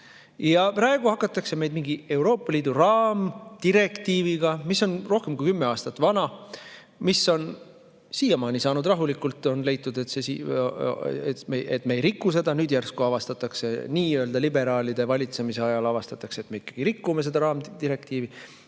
Praegu hakatakse meid mingi Euroopa Liidu raamdirektiiviga, mis on rohkem kui 10 aastat vana, mis on siiamaani saanud rahulikult olla, on leitud, et me ei riku seda, aga nüüd järsku avastatakse, nii-öelda liberaalide valitsemise ajal avastatakse, et me ikkagi rikume seda raamdirektiivi,